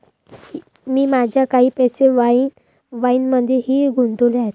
मी माझे काही पैसे वाईनमध्येही गुंतवले आहेत